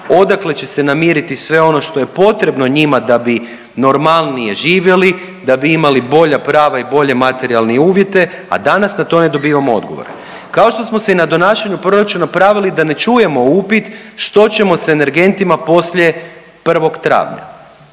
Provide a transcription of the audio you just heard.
Odakle će se namiriti sve ono što je potrebno njima da bi normalnije živjeli, da bi imali bolja prava i bolje materijalne uvjete, a danas na to ne dobivamo odgovore. Kao što smo se i na donašanju proračuna pravili da ne čujemo upit što ćemo sa energentima poslije 1. travnja.